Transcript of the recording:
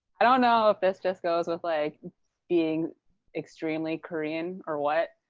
i don't know if this just goes with like being extremely korean or what.